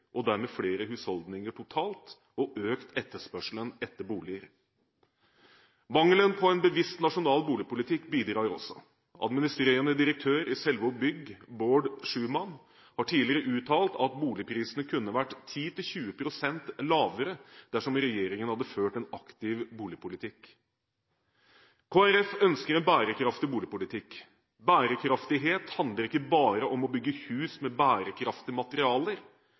og dermed flere husholdninger totalt og økt etterspørselen etter boliger. Mangelen på en bevisst, nasjonal boligpolitikk bidrar også. Administrerende direktør i Selvaag Bygg, Baard Schumann, har tidligere uttalt at boligprisene kunne vært 10–20 pst. lavere dersom regjeringen hadde ført en aktiv boligpolitikk. Kristelig Folkeparti ønsker en bærekraftig boligpolitikk. Bærekraft handler ikke bare om å bygge hus med bærekraftige materialer,